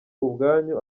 ubwanyu